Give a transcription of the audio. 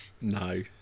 no